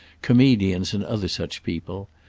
comedians and other such people,